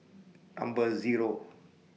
Number Zero